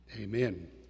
Amen